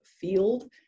field